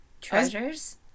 Treasures